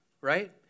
right